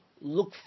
look